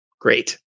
Great